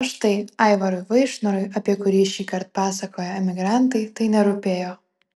o štai aivarui vaišnorui apie kurį šįkart pasakoja emigrantai tai nerūpėjo